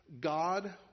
God